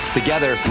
together